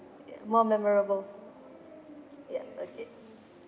ya more memorable ya okay